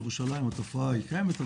בירושלים התופעה היא קיימת,